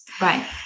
Right